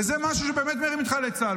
וזה משהו שבאמת מרים את חיילי צה"ל,